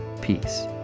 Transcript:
peace